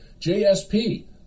JSP